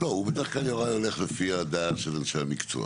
בדרך כלל יוראי הולך לפי הדעה של אנשי המקצוע.